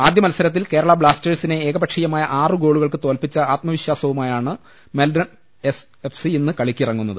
ആദ്യ മത്സരത്തിൽ കേരള ബ്ലാസ് റ്റേഴ്സിനെ ഏകപക്ഷീയമായ ആറു ഗോളുകൾക്ക് തോൽപിച്ച ആത്മവിശ്വാസവുമായാണ് മെൽബൺ എഫ് സി ഇന്ന് കളിക്കിറങ്ങുന്നത്